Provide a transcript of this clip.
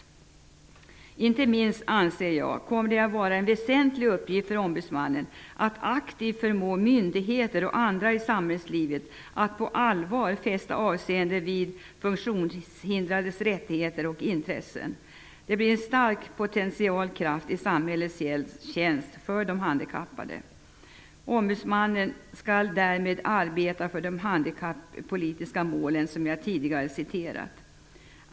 Jag anser att det inte minst kommer att vara en väsentlig uppgift för ombudsmannen att aktivt förmå myndigheter och andra i samhällslivet att på allvar fästa avseende vid de funktionshindrades rättigheter och intressen. Det blir en stark potential kraft i samhällets tjänst för de handikappade. Ombudsmannen skall därmed arbeta för de handikappolitiska målen, som jag citerade tidigare.